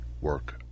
work